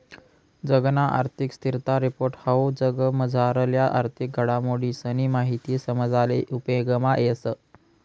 जगना आर्थिक स्थिरता रिपोर्ट हाऊ जगमझारल्या आर्थिक घडामोडीसनी माहिती समजाले उपेगमा येस